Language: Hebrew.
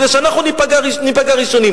כדי שאנחנו ניפגע ראשונים.